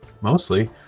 Mostly